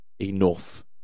enough